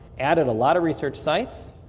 added a lot of research sites.